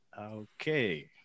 okay